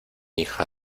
hija